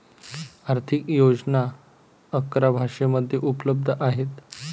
आर्थिक योजना अकरा भाषांमध्ये उपलब्ध आहेत